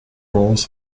rolls